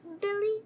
Billy